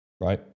right